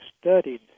studied